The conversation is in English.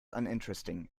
uninteresting